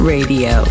Radio